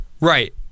Right